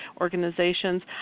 organizations